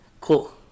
Cool